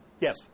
Yes